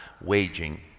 waging